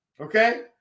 Okay